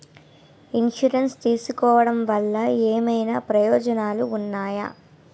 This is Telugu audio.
ఇన్సురెన్స్ తీసుకోవటం వల్ల ఏమైనా ప్రయోజనాలు ఉన్నాయా?